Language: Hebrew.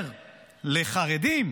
שיאפשר לחרדים,